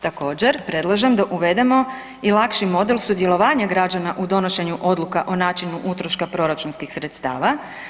Također, predlažem da uvedemo i lakši model sudjelovanja građana u donošenju odluka o načinu utroška proračunskih sredstava.